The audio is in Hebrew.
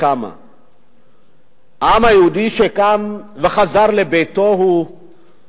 העם היהודי שקם וחזר לביתו, הוא,